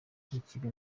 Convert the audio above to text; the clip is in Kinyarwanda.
ntikiri